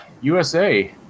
USA